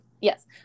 yes